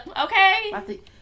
Okay